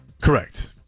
Correct